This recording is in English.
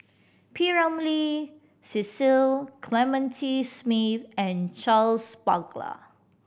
P Ramlee Cecil Clementi Smith and Charles Paglar